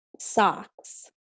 socks